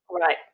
right